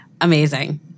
amazing